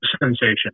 sensation